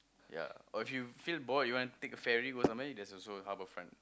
ya or if you feel bored you wanna take a ferry go somewhere there's also HabourFront